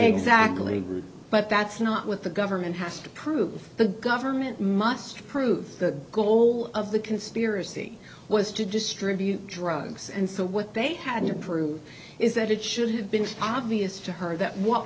exactly but that's not what the government has to prove the government must prove the goal of the conspiracy was to distribute drugs and so what they had your proof is that it should have been obvious to her that what